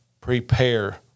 prepare